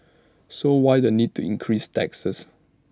so why the need to increase taxes